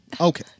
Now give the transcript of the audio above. Okay